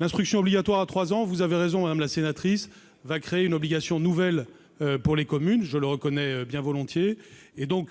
L'instruction obligatoire à trois ans, vous avez raison, madame la sénatrice, va créer une obligation nouvelle pour les communes, je le reconnais bien volontiers. Donc,